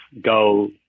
go